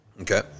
okay